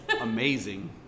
amazing